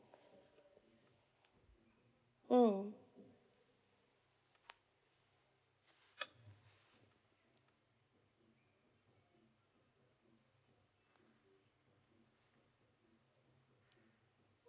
mm